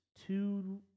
two